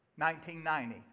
1990